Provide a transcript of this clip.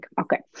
okay